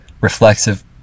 reflexive